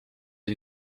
les